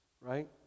right